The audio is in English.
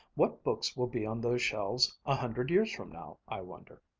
what books will be on those shelves a hundred years from now, i wonder?